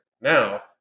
Now